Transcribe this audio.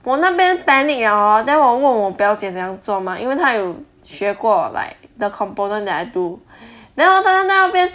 我那边 panic 了 hor then 我问我表姐怎样做 mah 因为她有学过 like the component that I do then hor 她在那边